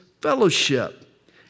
fellowship